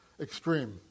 extreme